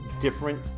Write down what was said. different